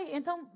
então